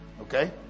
Okay